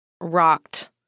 rocked